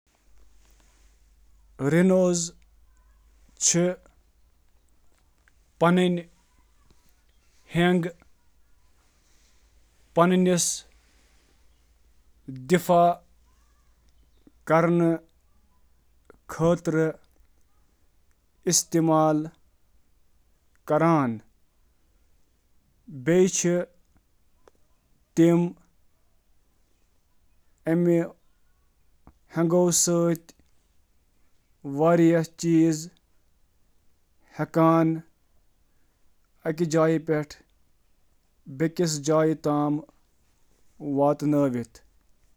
گینڈٕ چھِ پنٕنۍ سینگہٕ واریٛاہ مقصدن خٲطرٕ استعمال کران، یتھ منٛز دفاع، چارج، سمٲجی کتھ باتھ، ماجہٕ ہنٛز دیکھ بھال تہٕ باقی شٲمِل چھِ۔